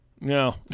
No